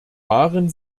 waren